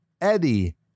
eddie